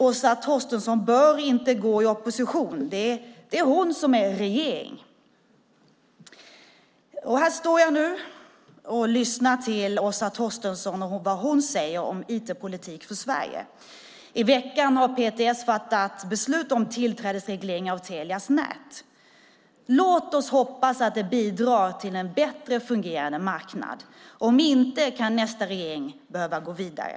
Åsa Torstensson bör inte gå i opposition. Det är ju hon som sitter i regeringen. Här står jag nu och lyssnar till vad Åsa Torstensson säger om IT-politik för Sverige. I veckan har PTS fattat beslut om tillträdesreglering av Telias nät. Låt oss hoppas att det bidrar till en bättre fungerande marknad! Om inte kan nästa regering behöva gå vidare.